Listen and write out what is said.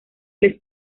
les